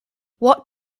what